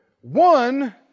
One